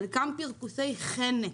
חלקם פרכוסי חנק.